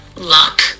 Luck